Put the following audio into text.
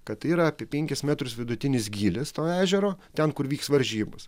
kad tai yra apie penkis metrus vidutinis gylis to ežero ten kur vyks varžybos